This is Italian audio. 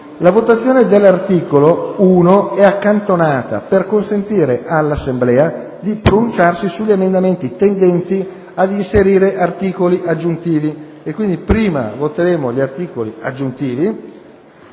La votazione dell'articolo 1 è accantonata per consentire all'Assemblea di pronunciarsi sugli emendamenti tendenti ad inserire articoli aggiuntivi dopo l'articolo 1.